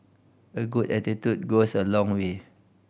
a good attitude goes a long way